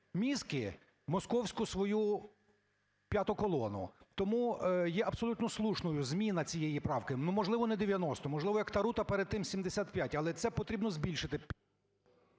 мізки московську свою "п'яту колону". Тому є абсолютно слушною зміна цієї правки. Ну, можливо, не 90, можливо, як Тарута перед тим 75, але це потрібно збільшити...